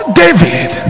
david